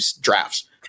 drafts